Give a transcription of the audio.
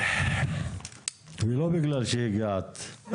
ולא בגלל שהגעת, השרה.